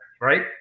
right